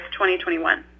2021